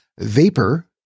vapor